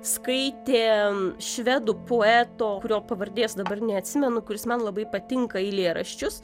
skaitė švedų poeto kurio pavardės dabar neatsimenu kuris man labai patinka eilėraščius